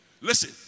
Listen